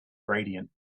gradient